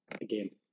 again